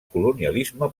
colonialisme